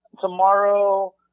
Tomorrow